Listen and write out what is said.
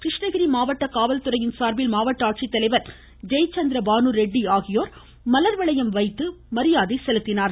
கிருஷ்ணகிரி மாவட்ட காவல்துறையின் சார்பில் மாவட்ட ஆட்சித்தலைவர் ஜெயசந்திர பானு ரெட்டி மலர்வளையம் வைத்து மரியாதை செலுத்தினார்